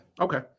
Okay